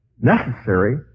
necessary